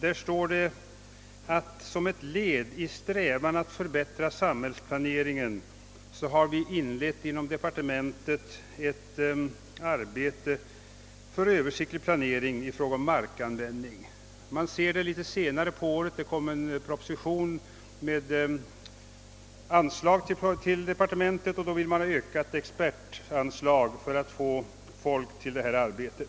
Där står att man inom kommunikationsdepartementet som ett led i en strävan att förbättra samhällsplaneringen har inlett ett arbete för en Ööversiktlig planering i fråga om markanvändning. Vi möter detta uttryck också något senare under året. I en proposition från departementet begärdes anslag för ett ökat antal experter som skulle ägna sig åt detta arbete.